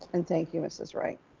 and thank you, mrs. wright.